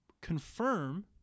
confirm